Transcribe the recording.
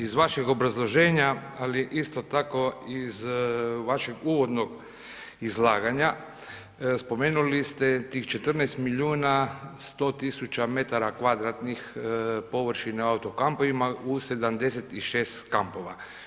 Iz vašeg obrazloženja, ali isto tako iz vašeg uvodnog izlaganja, spomenuli ste tih 14 milijuna 100 tisuća metara kvadratnih površine u auto-kampovima u 76 kampova.